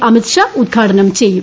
അമിത് ഷാ ഉദ്ഘാടനം ചെയ്യും